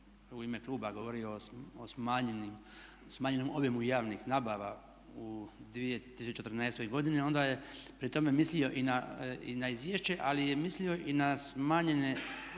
u ime kluba govorio o smanjenom obimu javnih nabava u 2014. godini onda je pri tome mislio i na izvješće ali je mislio i na smanjenje